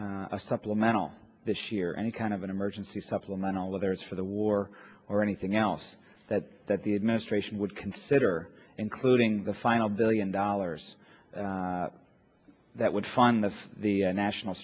a supplemental this year any kind of an emergency supplemental others for the war or anything else that that the administration would consider including the final billion dollars that would fund this the national